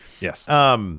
Yes